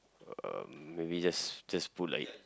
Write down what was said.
um maybe just just put like